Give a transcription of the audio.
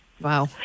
Wow